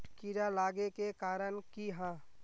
कीड़ा लागे के कारण की हाँ?